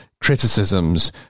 criticisms